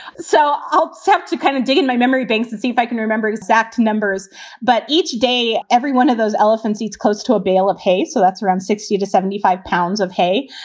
so i'll have so to kind of dig in my memory banks to see if i can remember exact numbers but each day, every one of those elephants eats close to a bale of hay. so that's around sixty to seventy five pounds of hay.